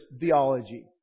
theology